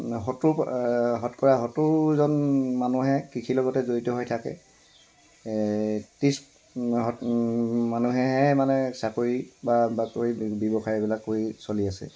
সত্তৰ শতকৰা সত্তৰজন মানুহে কৃষিৰ লগতে জড়িত হৈ থাকে ত্ৰিছ শত মানুহেহে মানে চাকৰি বা বাকৰি ব্যৱসায় এইবিলাক কৰি চলি আছে